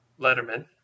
Letterman